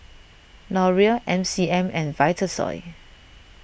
Laurier M C M and Vitasoy